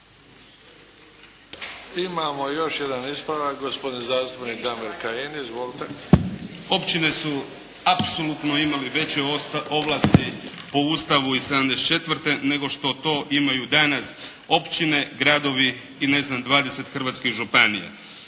Imamo još jedan ispravak, gospodin zastupnik Damir Kajin. Izvolite. **Kajin, Damir (IDS)** Općine su apsolutno imale veće ovlasti po Ustavu iz 74. nego što to imaju danas općine, gradovi i ne znam 20 hrvatskih županija.